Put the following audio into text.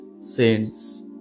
saints